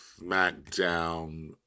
smackdown